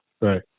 Right